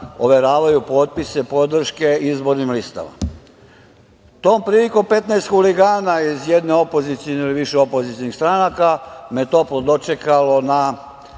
overavaju potpise podrške izbornim listama. Tom prilikom 15 huligana iz jedne opozicione ili više opozicionih stranaka, me toplo dočekalo na